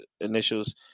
initials